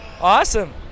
Awesome